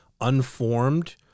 unformed